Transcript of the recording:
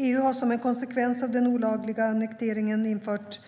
EU har som en konsekvens av den olagliga annekteringen infört